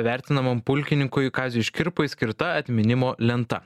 vertinamam pulkininkui kaziui škirpai skirta atminimo lenta